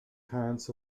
hands